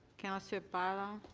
councillor bailao.